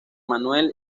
manuel